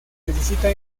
necesita